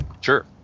Sure